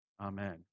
amen